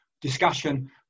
Discussion